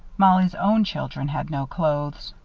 mollie's own children had no clothes.